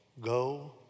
Go